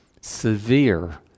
severe